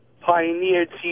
pioneered